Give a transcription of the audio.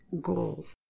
goals